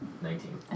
nineteen